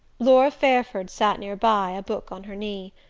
laura fairford sat near by, a book on her knee.